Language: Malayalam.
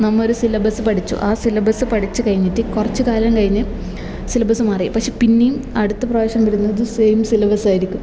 നമ്മൾ ഒരു സിലബസ് പഠിച്ചു ആ ഒരു സിലബസ് പഠിച്ച് കഴിഞ്ഞിട്ട് കുറച്ച് കാലം കഴിഞ്ഞ് സിലബസ് മാറി പക്ഷേ പിന്നേയും അടുത്ത പ്രാവശ്യം വരുന്നത് സെയിം സിലബസായിരിക്കും